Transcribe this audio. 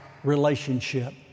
relationship